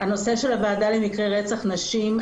הנושא של הועדה למקרי רצח נשים.